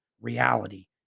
reality